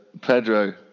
Pedro